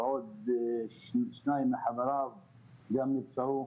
ועוד שניים מחבריו נפצעו.